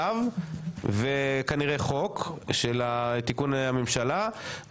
צו וכנראה חוק של תיקון הממשלה.